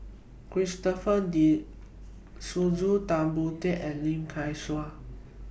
Christopher De Souza Tan Boon Teik and Lim Kay Siu